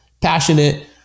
passionate